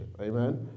amen